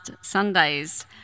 Sundays